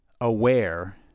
aware